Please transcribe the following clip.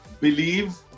believe